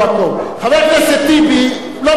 חבר הכנסת טיבי, לא מחייבים אותו.